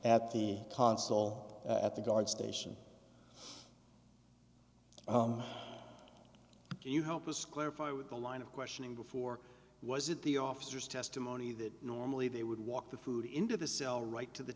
at the console at the guard station can you help us clarify with the line of questioning before was it the officers testimony that normally they would walk the food into the cell right to the